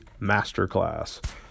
masterclass